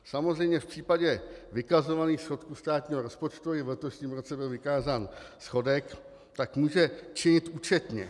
Samozřejmě v případě vykazovaných schodků státního rozpočtu i v letošním roce byl vykázán schodek, tak může činit účetně.